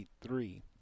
Three